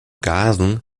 gasen